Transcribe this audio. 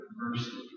mercy